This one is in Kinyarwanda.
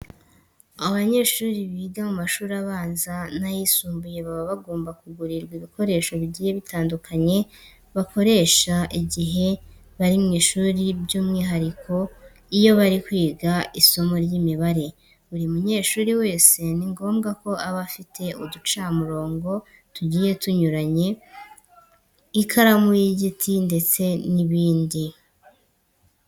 Abanyeshuri biga mu mashuri abanza n'ayisumbuye baba bagomba kugurirwa ibikoresho bigiye bitandukanye bakoresha igihe bari mu ishuri by'umwihariko iyo bari kwiga isomo ry'imibare. Buri munyeshuri wese ni ngombwa ko aba afite uducamurongo tugiye tunyuranye, ikaramu y'igiti ndetse n'ibindi.